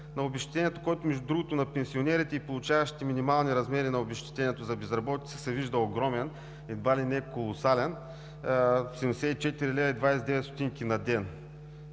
на обезщетението, който между другото на пенсионерите и получаващите минимални размери на обезщетението за безработица се вижда огромен, едва ли не колосален – 74,29 лв. на ден,